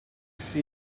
see